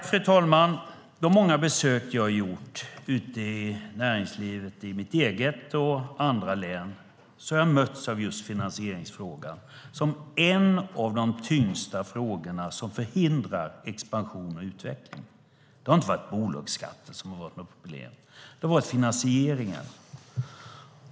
Fru talman! Vid de många besök jag gjort ute i näringslivet i mitt eget län och andra har jag mötts av just finansieringsfrågan som ett av de tyngsta hindren för expansion och utveckling. Det är inte bolagsskatten som har varit ett problem, utan finansieringen.